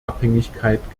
abhängigkeit